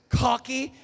cocky